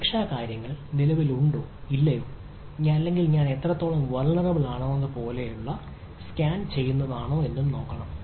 അതിനാൽ സുരക്ഷാ കാര്യങ്ങൾ നിലവിലുണ്ടോ ഇല്ലയോ അല്ലെങ്കിൽ ഞാൻ എത്രത്തോളം വൾനറിബിൾ ആണെന്നതുപോലുള്ള വൾനറിബിൾ സ്കാൻ ചെയ്യുന്നതാണോ ഇത് എന്ന് കാണണം